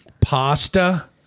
pasta